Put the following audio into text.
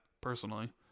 personally